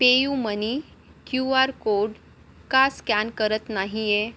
PayUmoney Q R code का scan करत नाही आहे